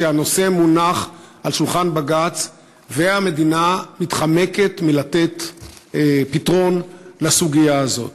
שהנושא מונח על שולחן בג"ץ והמדינה מתחמקת מלתת פתרון לסוגיה הזאת,